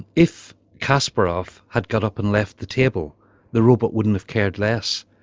if kasparov had got up and left the table the robot wouldn't have cared less.